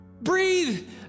Breathe